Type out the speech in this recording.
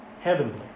Heavenly